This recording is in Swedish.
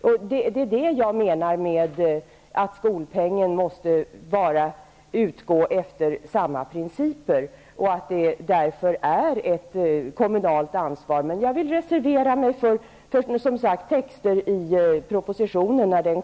Det är detta som jag menar med att skolpengen måste utgå från samma principer och att det därför är ett kommunalt ansvar. Men jag vill, som sagt, reservera mig för texten i den kommande propositionen.